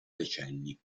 decenni